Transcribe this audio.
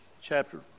Chapter